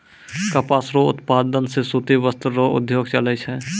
कपास रो उप्तादन से सूती वस्त्र रो उद्योग चलै छै